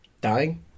Dying